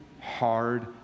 hard